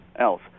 else